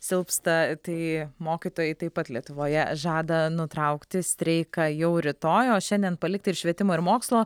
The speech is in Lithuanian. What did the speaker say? silpsta tai mokytojai taip pat lietuvoje žada nutraukti streiką jau rytoj o šiandien palikt ir švietimo ir mokslo